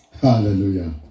Hallelujah